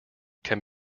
can